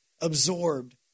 absorbed